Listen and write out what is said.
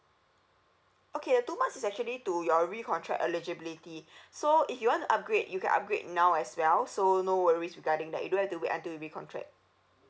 okay the two months is actually to your recontract eligibility so if you want to upgrade you can upgrade now as well so no worries regarding that you don't have to wait until it recontract